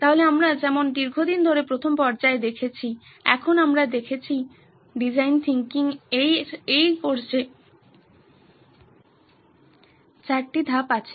তাহলে আমরা যেমন দীর্ঘদিন ধরে প্রথম পর্যায়ে দেখেছি এখন আমরা দেখেছি ডিজাইন থিংকিং এর এই কোর্সে চারটি ধাপ আছে